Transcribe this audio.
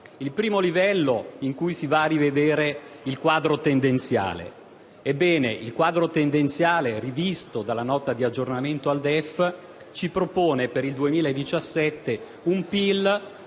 Al primo livello si va a rivedere il quadro tendenziale. Ebbene, il quadro tendenziale rivisto dalla Nota di aggiornamento al DEF ci propone per il 2017 un PIL